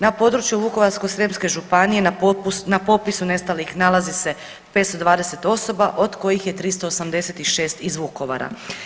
Na području Vukovarsko-srijemske županije na popisu nestalih nalazi 520 osoba od kojih je 386 iz Vukovara.